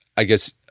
i guess,